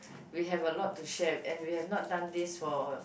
we have a lot to share and we have not done this for